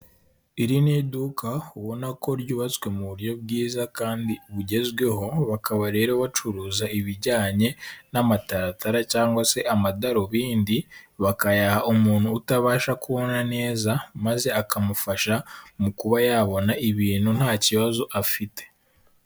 Iri ni iduka, ubona ko ryubatswe mu buryo bwiza kandi bugezweho, bakaba rero bacuruza ibijyanye n'amataratara cyangwa se amadarubindi, bakayaha umuntu utabasha kubona neza, maze akamufasha mu kuba yabona ibintu nta kibazo afite.